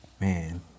Man